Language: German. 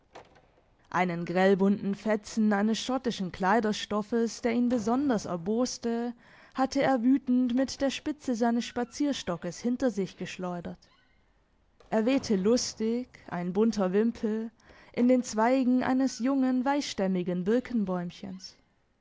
einen grellbunten fetzen eines schottischen kleiderstoffes der ihn besonders erboste hatte er wütend mit der spitze seines spazierstockes hinter sich geschleudert er wehte lustig ein bunter wimpel in den zweigen eines jungen